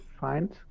find